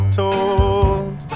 told